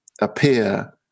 appear